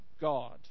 God